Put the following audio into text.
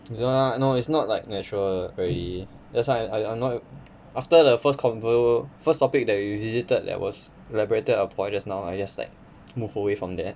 don't lah no it's not like natural already that's why I I'm not after the first convo first topic that you visited that was elaborated upon just now I just like move away from that